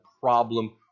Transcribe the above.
problem